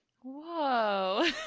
Whoa